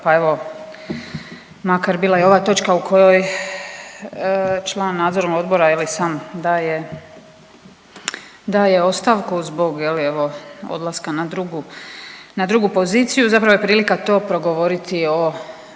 pa evo makar bila i ova točka u kojoj član nadzornog odbora je li sam daje, daje ostavku zbog je li evo odlaska na drugu, na drugu poziciju zapravo je prilika to progovoriti o